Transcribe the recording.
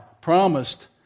promised